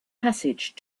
passage